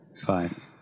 five